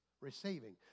receiving